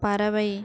பறவை